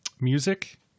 music